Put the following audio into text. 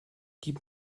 gib